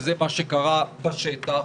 וזה מה שקרה בשטח.